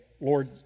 Lord